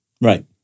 Right